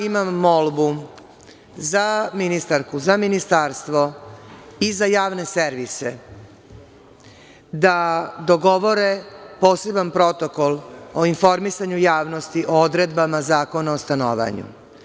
Imam molbu za ministarku, Ministarstvo i za javne servise, da dogovore poseban protokol o informisanju o odredbama Zakona o stanovanju.